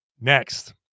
next